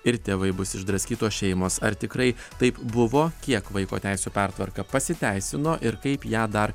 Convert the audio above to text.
ir tėvai bus išdraskytos šeimos ar tikrai taip buvo kiek vaiko teisių pertvarka pasiteisino ir kaip ją dar